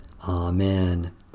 Amen